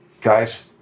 guys